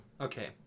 okay